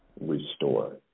restore